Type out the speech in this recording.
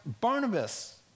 Barnabas